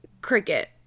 cricket